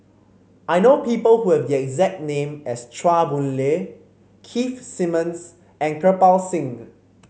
I know people who have the exact name as Chua Boon Lay Keith Simmons and Kirpal Singh